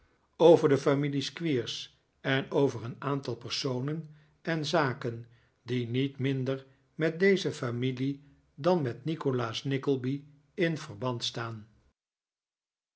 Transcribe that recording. over de familie squeers en over een aantal personen en zaken die niet minder met deze familie dan met nikolaas nickleby in verband staan